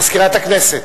מזכירת הכנסת,